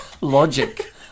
logic